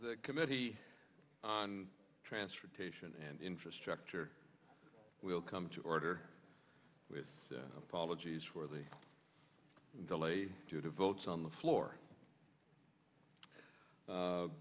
the committee on transportation and infrastructure will come to order with apologies for the delay due to votes on the floor